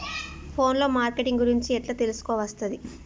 Phone లో marketing గురించి ఎలా తెలుసుకోవస్తది?